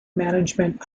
management